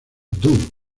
doo